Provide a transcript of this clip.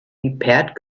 repaired